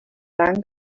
blanca